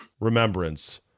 remembrance